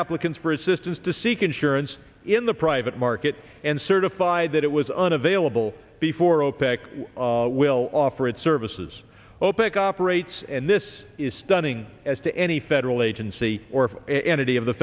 applicants for assistance to seek insurance in the private market and certify that it was unavailable before opec will offer its services opec operates and this is stunning as to any federal agency or entity of the